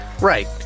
Right